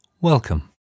Welcome